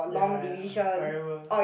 ya ya I remember